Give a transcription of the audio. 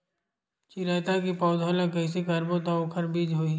चिरैता के पौधा ल कइसे करबो त ओखर बीज होई?